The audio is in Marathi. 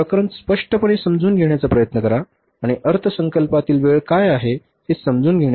प्रकरण स्पष्टपणे समजून घेण्याचा प्रयत्न करा आणि अर्थसंकल्पातील वेळ किती आहे हे समजून घ्या